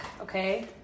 okay